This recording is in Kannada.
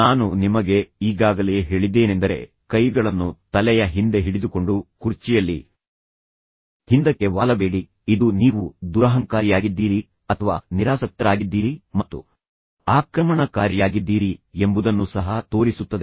ನಾನು ನಿಮಗೆ ಈಗಾಗಲೇ ಹೇಳಿದ್ದೇನೆಂದರೆ ಕೈಗಳನ್ನು ತಲೆಯ ಹಿಂದೆ ಹಿಡಿದುಕೊಂಡು ಕುರ್ಚಿಯಲ್ಲಿ ಹಿಂದಕ್ಕೆ ವಾಲಬೇಡಿ ಇದು ನೀವು ದುರಹಂಕಾರಿಯಾಗಿದ್ದೀರಿ ಅಥವಾ ನಿರಾಸಕ್ತರಾಗಿದ್ದೀರಿ ಮತ್ತು ಆಕ್ರಮಣಕಾರಿಯಾಗಿದ್ದೀರಿ ಎಂಬುದನ್ನು ಸಹ ತೋರಿಸುತ್ತದೆ